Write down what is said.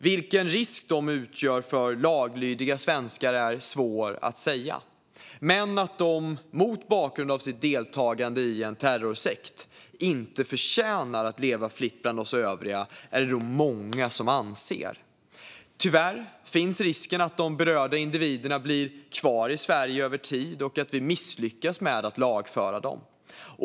Vilken risk de utgör för laglydiga svenskar är svårt att säga, men att de mot bakgrund av sitt deltagande i en terrorsekt inte förtjänar att leva fritt bland oss övriga är det nog många som anser. Tyvärr finns risken att de berörda individerna blir kvar i Sverige över tid och att vi misslyckas med att lagföra dem.